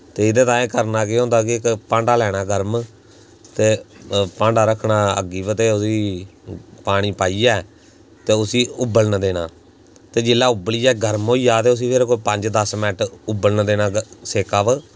ते एह्दै ताहीं करना केह् होंदे केह् इक भांडा लैना गर्म ते भांडा रक्खना अग्गी पर ते पानी पाइयै ते उस्सी उब्बलन देना ते जेल्लै उब्बलियै गर्म होइया ते उस्सी फिर कोई पंज दस मिंच उब्बलन देना सेका पर